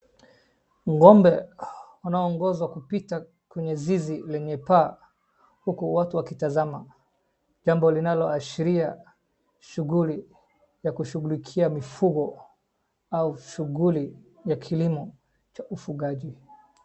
Ng'ombe wanaoongozwa kupita kwenye zizi lenye paa huku watu wakitazama. Jambo linaloashiria shughuli ya kushughulikia mifugo au shughuli ya kilimo cha ufugaji.